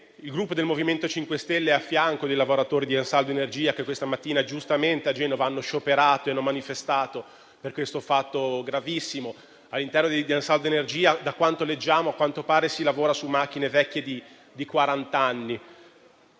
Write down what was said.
il Gruppo MoVimento 5 Stelle è al fianco dei lavoratori di Ansaldo Energia, che questa mattina giustamente a Genova hanno scioperato e hanno manifestato per questo fatto gravissimo. All'interno di Ansaldo Energia, a quanto leggiamo e a quanto pare, si lavora su macchine vecchie di quarant'anni.